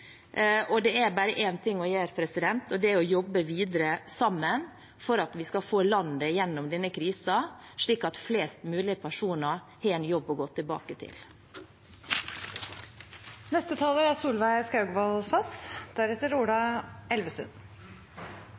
og det er å jobbe videre sammen for at vi skal få landet gjennom denne krisen, slik at flest mulig personer har en jobb å gå tilbake til.